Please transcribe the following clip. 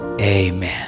Amen